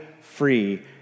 free